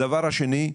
הדבר השני,